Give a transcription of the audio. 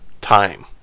time